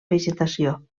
vegetació